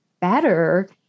better